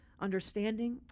understanding